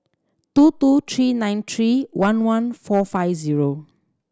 two two three nine three one one four five zero